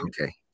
okay